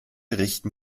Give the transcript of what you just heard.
richten